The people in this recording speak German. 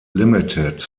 ltd